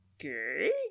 Okay